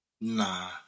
Nah